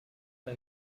dry